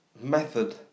method